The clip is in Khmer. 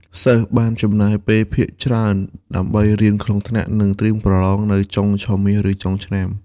សិស្សបានចំណាយពេលភាគច្រើនដើម្បីរៀនក្នុងថ្នាក់ និងត្រៀមប្រឡងនៅចុងឆមាសឬចុងឆ្នាំ។